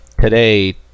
today